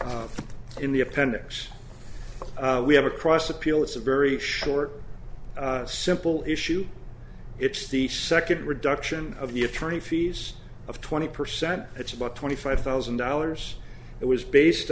record in the appendix we have across appeal it's a very short simple issue it's the second reduction of the attorney fees of twenty percent it's about twenty five thousand dollars it was based